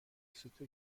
سوت